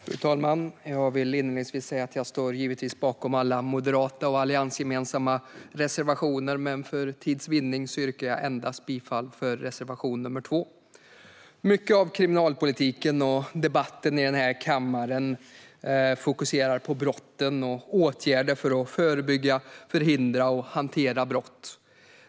Fru talman! Jag vill inledningsvis säga att jag givetvis står bakom alla moderata och alliansgemensamma reservationer, men för tids vinnande yrkar jag bifall endast till reservation nr 2. Mycket av kriminalpolitiken och debatten i kammaren fokuserar på brotten och åtgärder för att förebygga, förhindra och hantera brott.